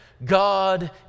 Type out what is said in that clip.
God